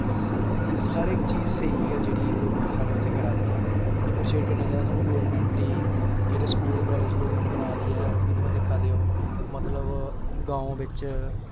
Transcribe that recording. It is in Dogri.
बाकी सारे चीज स्हेई गै जेह्ड़ी गौरमेंट साढ़े बास्तै करा दी ऐ अप्रीशीएट करना चाहिदा सानूं गौरमेंट ई जेह्ड़े स्कूल कॉलेज गौरमेंट बना दी ऐ ओह् बी तुस दिक्खा दे ओ मतलब गांव बिच